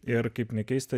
ir kaip nekeista